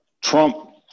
Trump